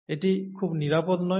এটি খুব নিরাপদ নয়